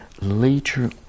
later